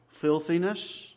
filthiness